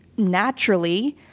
naturally,